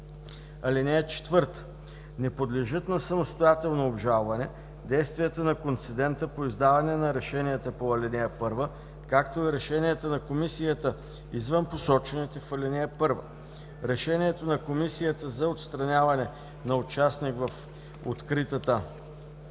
концесионер. (4) Не подлежат на самостоятелно обжалване действията на концедента по издаване на решенията по ал. 1, както и решенията на комисията извън посочените в ал. 1. Решението на комисията за отстраняване на участник в открита